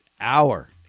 hour